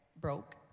broke